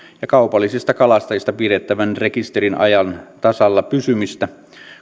ja kaupallisista kalastajista pidettävän rekisterin ajan tasalla pysymistä